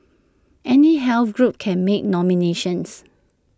any health group can make nominations